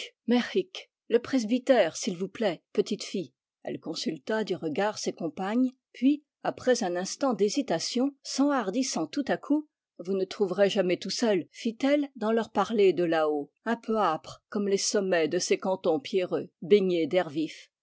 le presbytère s'il vous plaît petite fille elle consulta du regard ses compagnes puis après un instant d'hésitation s'enhardissant tout à coup vous ne trouverez jamais tout seul fit elle dans leur parler de là-haut un peu âpre comme les sommets de ces cantons pierreux baignés d'air vif